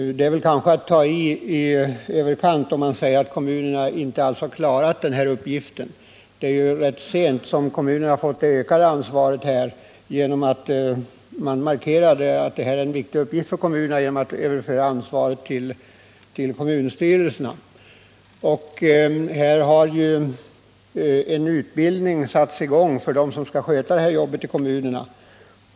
Det är kanske att ta i i överkant, om man säger att kommunerna inte alls har klarat den här uppgiften. Kommunerna har ju fått det större ansvaret rätt sent. Att det är en viktig uppgift för kommunerna markerades genom att man överförde ansvaret till kommunstyrelserna. Det har ju påbörjats en utbildning för dem som skall sköta arbetet i kommunerna.